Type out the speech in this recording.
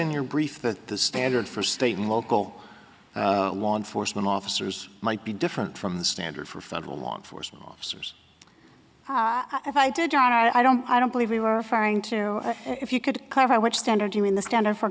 in your brief that the standard for state and local law enforcement officers might be different from the standard for federal law enforcement officers if i did john i don't i don't believe we were firing to if you could clarify which standard you mean the standard for